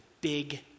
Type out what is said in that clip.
big